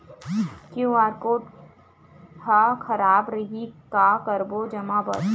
QR code हा खराब रही का करबो जमा बर?